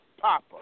papa